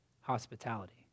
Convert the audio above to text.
hospitality